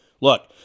Look